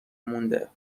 مونده